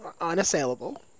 unassailable